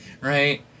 right